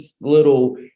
little